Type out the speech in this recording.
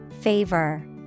favor